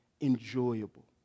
enjoyable